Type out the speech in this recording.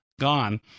gone